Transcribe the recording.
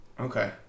Okay